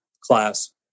class